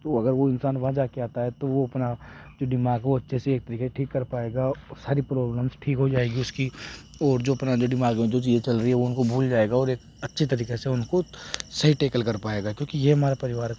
तो अगर वह इंसान वहाँ जाकर आता है तो वह अपना जो दिमाग वह अच्छे से एक तरीके से ठीक कर पाएगा और सारी प्रॉब्लमस ठीक हो जाएगी उसकी और जो दिमाग में जो चीज़ें चल रही है वह उनको भूल जाएगा और एक अच्छे तरीके से उनको सही टैकल कर पाएगा क्योंकि यह हमारे परिवार का